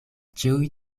ĉiuj